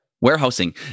Warehousing